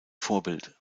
vorbild